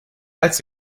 als